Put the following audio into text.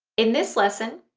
in this lesson,